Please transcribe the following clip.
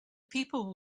people